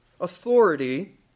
authority